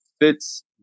fits